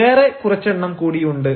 വേറെ കുറച്ചെണ്ണം കൂടിയുണ്ട്